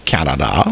Canada